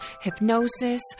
hypnosis